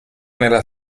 nella